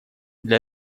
для